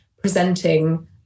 presenting